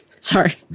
sorry